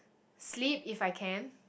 sleep if I can